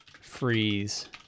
freeze